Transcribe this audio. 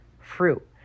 fruit